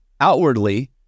outwardly